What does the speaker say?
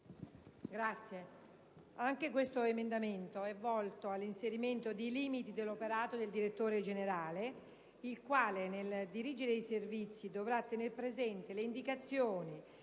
anche questo emendamento è volto all'inserimento di limiti all'operato del direttore generale, il quale nel dirigere i servizi dovrà tener presenti le indicazioni